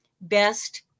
Best